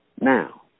Now